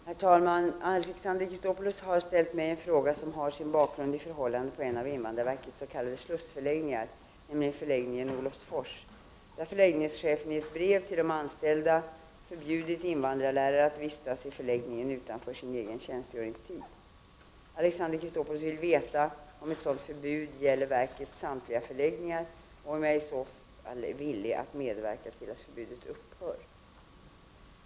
Herr talman! Alexander Chrisopoulos har ställt en fråga som har sin bakgrund i förhållandena i en av invandrarverkets s.k. slussförläggningar, nämligen förläggningen i Olofsfors, där förläggningschefen i ett brev till de anställda förbjudit invandrarlärare att vistas i förläggningen utanför sin egen tjänstgöringstid. Alexander Chrisopoulos vill veta om ett sådant förbud gäller verkets samtliga förläggningar och om jag i så fall är villig att medverka till att förbudet upphör.